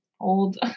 old